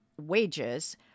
wages